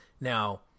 Now